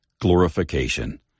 Glorification